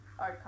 okay